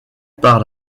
par